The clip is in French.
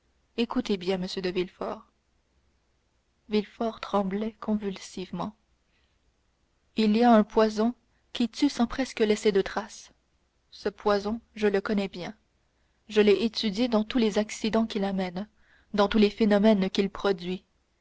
écoutez bien monsieur de villefort villefort tremblait convulsivement il y a un poison qui tue sans presque laisser de trace ce poison je le connais bien je l'ai étudié dans tous les accidents qu'il amène dans tous les phénomènes qu'il produit